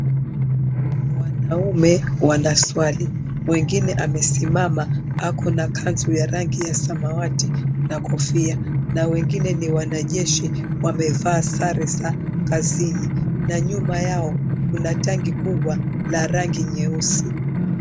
Wanaume wanaswali, mwengine amesimama ako na kanzu ya rangi ya samawati na kofia, na wengine ni wanajeshi wamevaa sare za kazini, na nyuma yao kuna tangi kubwa la rangi nyeusi.